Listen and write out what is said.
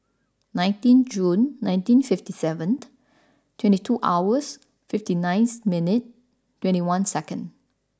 nineteen June nineteen fifty seventh twenty two hours fifty ninth minutes twenty one seconds